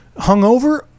hungover